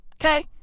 Okay